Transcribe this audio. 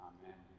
Amen